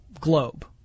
globe